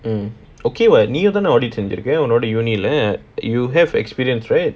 mm okay [what] நீங்க தானே:neenga thaanae audit செஞ்சிருக்கீங்க:senjirukeenga university leh you have experience right